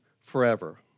forever